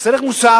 מס ערך מוסף,